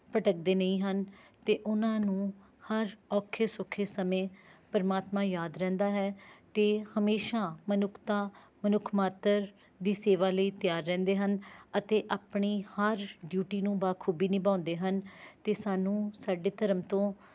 ਭਟਕਦੇ ਨਹੀਂ ਹਨ ਅਤੇ ਉਹਨਾਂ ਨੂੰ ਹਰ ਔਖੇ ਸੌਖੇ ਸਮੇਂ ਪਰਮਾਤਮਾ ਯਾਦ ਰਹਿੰਦਾ ਹੈ ਅਤੇ ਹਮੇਸ਼ਾ ਮਨੁੱਖਤਾ ਮਨੁੱਖ ਮਾਤਰ ਦੀ ਸੇਵਾ ਲਈ ਤਿਆਰ ਰਹਿੰਦੇ ਹਨ ਅਤੇ ਆਪਣੀ ਹਰ ਡਿਉਂਟੀ ਨੂੰ ਬਾਖੂਬੀ ਨਿਭਾਉਂਦੇ ਹਨ ਅਤੇ ਸਾਨੂੰ ਸਾਡੇ ਧਰਮ ਤੋਂ